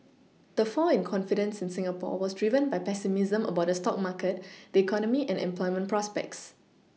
the fall in confidence in Singapore was driven by pessimism about the stock market the economy and employment prospects